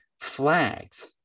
flags